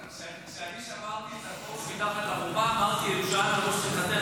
כשאני שברתי את הכוס מתחת לחופה אמרתי: ירושלים על ראש שמחתנו,